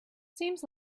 seems